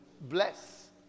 bless